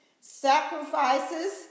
sacrifices